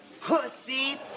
Pussy